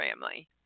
family